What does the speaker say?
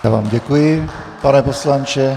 Já vám děkuji, pane poslanče.